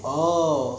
oh